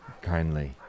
kindly